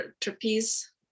trapeze